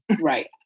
Right